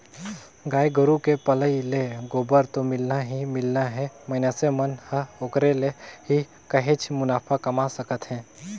गाय गोरु के पलई ले गोबर तो मिलना ही मिलना हे मइनसे मन ह ओखरे ले ही काहेच मुनाफा कमा सकत हे